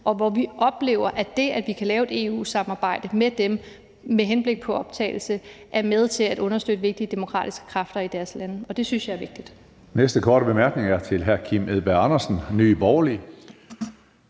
og hvor vi oplever, at det, at vi kan lave et EU-samarbejde med dem med henblik på optagelse, er med til at understøtte vigtige demokratiske kræfter i deres lande. Og det synes jeg er vigtigt.